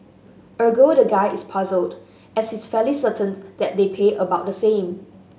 ergo the guy is puzzled as he's fairly certain that they pay about the same